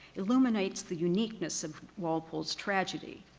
illuminates the uniqueness of walpole's tragedy.